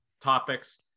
topics